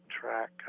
Track